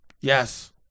Yes